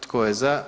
Tko je za?